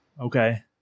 Okay